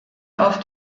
auf